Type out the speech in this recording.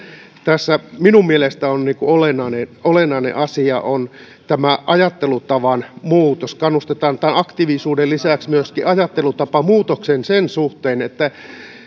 tässä minun mielestäni on olennainen olennainen asia on ajattelutavan muutos kannustetaan aktiivisuuden lisäksi myöskin ajattelutapamuutokseen sen suhteen